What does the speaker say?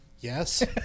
Yes